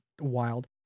wild